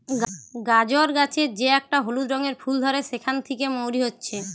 গাজর গাছের যে একটা হলুদ রঙের ফুল ধরে সেখান থিকে মৌরি হচ্ছে